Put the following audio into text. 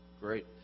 Great